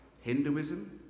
Hinduism